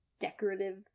decorative